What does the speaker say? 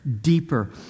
deeper